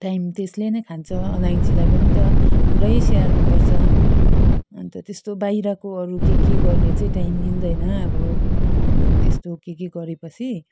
time त्यसले नै खान्छ अलैँचीलाई पनि त पुरै स्याहार्नुपर्छ अन्त त्यस्तो बाहिरको अरू के के गर्ने चाहिँ टाइम मिल्दैन अब यस्तो के के गरेपछि